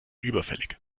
überfällig